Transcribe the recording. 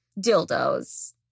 dildos